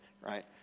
right